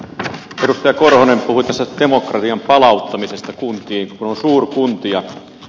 edustaja korhonen puhui tässä demokratian palauttamisesta kuntiin kun on suurkuntia